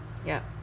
yup